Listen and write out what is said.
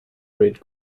red